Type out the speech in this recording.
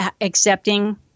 accepting